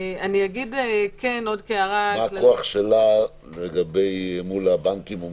מה הכוח שלה מול הבנקים?